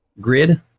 grid